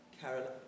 Carol